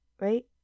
right